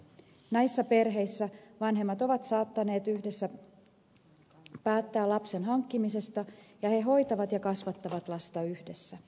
näissä perheissä vanhemmat ovat saattaneet yhdessä päättää lapsen hankkimisesta ja he hoitavat ja kasvattavat lasta yhdessä